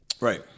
Right